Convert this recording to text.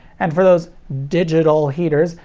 and for those digital heaters,